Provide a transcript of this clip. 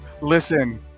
Listen